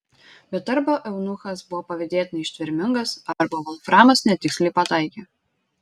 bet arba eunuchas buvo pavydėtinai ištvermingas arba volframas netiksliai pataikė